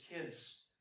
kids